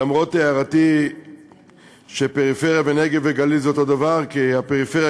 למרות הערתי שפריפריה ונגב וגליל זה אותו דבר כי הפריפריה,